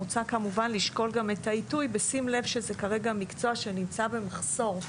מוצע כמובן לשקול גם את העיתוי בשים לב שזה כרגע מקצוע שנמצא במחסור.